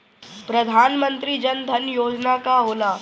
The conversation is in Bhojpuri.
प्रधानमंत्री जन धन योजना का होला?